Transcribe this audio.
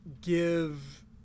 give